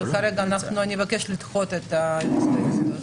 וכרגע אבקש לדחות את ההסתייגות הזאת.